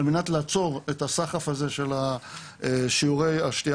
על מנת לעצור את הסחף הזה של שיעורי השתייה